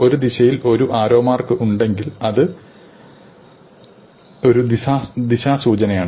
ഒരു ദിശയിൽ ഒരു ആരോ മാർക്ക് ഉണ്ടെങ്കിൽ അത് ഒരു ദിശാസൂചനയാണ്